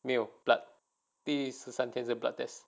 没有 blood 第十三天是 blood test